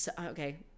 Okay